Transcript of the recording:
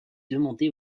demandés